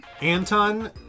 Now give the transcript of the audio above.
Anton